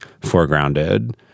foregrounded